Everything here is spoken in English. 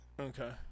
Okay